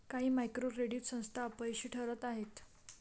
काही micro credit संस्था अपयशी ठरत आहेत